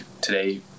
today